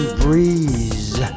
breeze